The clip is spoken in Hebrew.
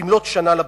במלאות שנה לבחירות.